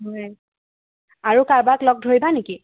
হয় আৰু কাৰোবাক লগ ধৰিবা নেকি